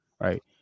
right